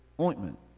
ointment